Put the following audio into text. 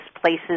places